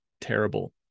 terrible